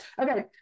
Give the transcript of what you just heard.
Okay